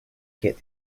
get